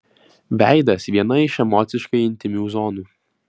veidas viena iš emociškai intymių zonų